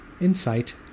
Insight